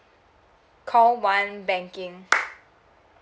call one banking uh